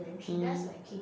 mm